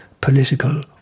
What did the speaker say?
political